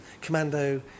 Commando